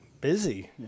busy